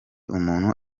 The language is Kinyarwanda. umuntu